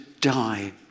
die